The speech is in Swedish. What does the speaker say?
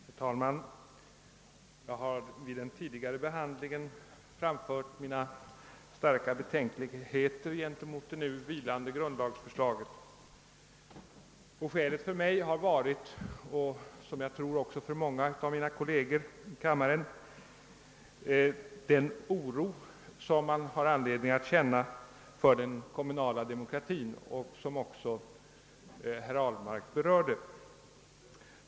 Herr talman! Jag har vid den tidigare behandlingen av frågan framfört mina starka betänkligheter gentemot det nu vilande grundlagsförslaget och skälet har för mig liksom, såvitt jag förstår, även för många av mina kolleger i kammaren varit den berättigade oron för den kommunala demokratin och som herr Ahlmark också berörde.